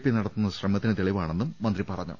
P നടത്തുന്ന ശ്രമത്തിന് തെളിവാണെന്നും മന്ത്രി പറഞ്ഞു